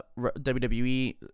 WWE